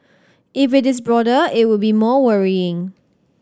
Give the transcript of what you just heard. if it is broader it would be more worrying